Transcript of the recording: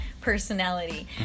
personality